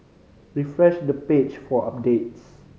refresh the page for updates